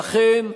ואכן,